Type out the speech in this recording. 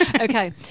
Okay